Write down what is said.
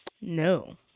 No